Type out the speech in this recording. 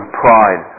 pride